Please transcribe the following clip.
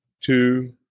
two